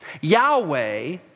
Yahweh